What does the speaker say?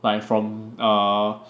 like from err